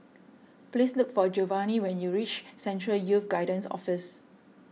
please look for Giovani when you reach Central Youth Guidance Office